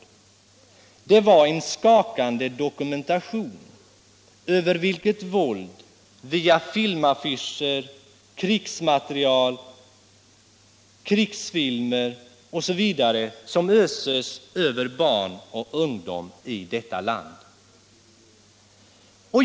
Det var en skakande dokumentation över vilket våld, genom filmaffischer, krigsmateriel, krigsfilmer osv., som öses över barn och ungdom i detta land.